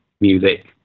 music